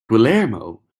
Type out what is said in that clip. guillermo